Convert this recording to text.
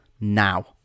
now